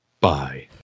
Bye